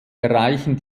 erreichen